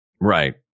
Right